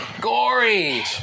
gory